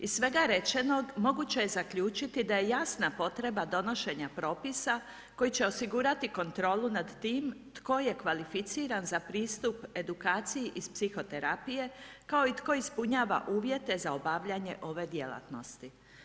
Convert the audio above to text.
Iz svega rečenog moguće je zaključiti da je jasna potreba donošenja propisa koji će osigurati kontrolu nad tim tko je kvalificiran za pristup edukaciji iz psihoterapije kao i tko ispunjava uvjete za obavljanje ove djelatnosti.